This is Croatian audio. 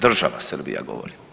Država Srbija, govorim.